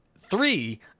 three